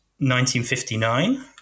1959